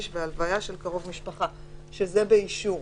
והלוויה של קרוב משפחה." שזה באישור,